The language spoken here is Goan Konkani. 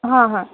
हां हां